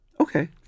Okay